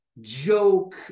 joke